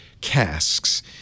casks